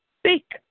speak